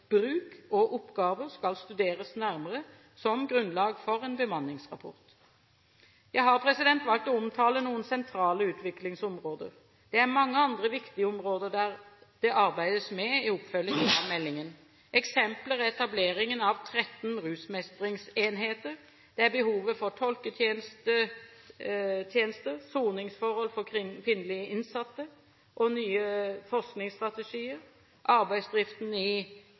og oppgaver skal studeres nærmere som grunnlag for en bemanningsrapport. Jeg har valgt å omtale noen sentrale utviklingsområder. Det er mange andre viktige områder det arbeides med i oppfølgingen av meldingen. Eksempler på det er etableringen av 13 rusmestringsenheter, behovet for tolketjenester, soningsforhold for kvinnelige innsatte, nye forskningsstrategier, arbeidsdriften i